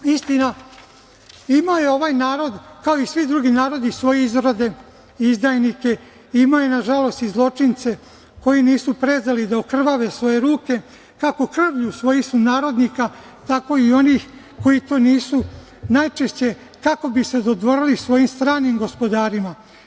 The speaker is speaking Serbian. Istina, ima i ovaj narod, kao i svi drugi narodi, svoje izrode, izdajnike, ima, nažalost, i zločince koji nisu prezali da okrvave svoje ruke, kako krvlju svojih sunarodnika, tako i onih koji to nisu, najčešće kako bi se dodvorili svojim stranim gospodarima.